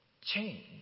change